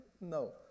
No